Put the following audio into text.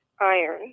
iron